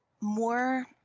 more